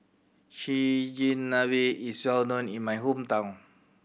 Chigenabe is well known in my hometown